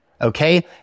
okay